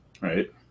right